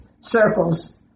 circles